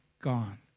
gone